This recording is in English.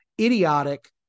idiotic